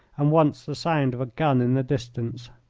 and once the sound of a gun in the distance.